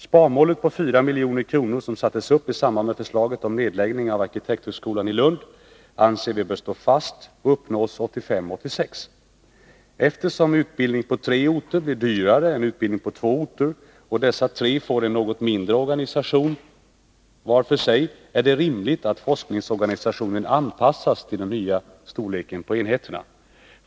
Sparmålet på 4 milj.kr., som sattes upp i samband med förslaget om nedläggning av arkitekthögskolan i Lund, anser vi bör stå fast och uppnås 1985/86. Eftersom utbildning på tre orter blir dyrare än utbildning på två orter och dessa tre får en något mindre organisation var för sig, är det rimligt att forskningsorganisationen anpassas till den nya storleken på enheterna.